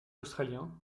australien